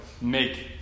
make